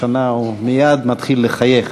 השנה הוא מייד מתחיל לחייך.